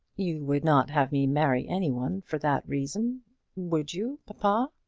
you would not have me marry any one for that reason would you, papa?